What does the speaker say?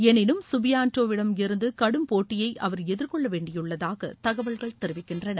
எனினும் சுபியான்டோவிடமிருந்து கடும் போட்டியை அவர் எதிர்கொள்ள வேண்டியுள்ளதாக தகவல்கள் தெரிவிக்கின்றன